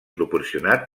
proporcionat